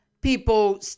people